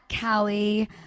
Callie